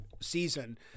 season